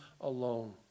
alone